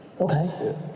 Okay